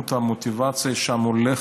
המוטיבציה שם הולכת,